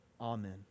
Amen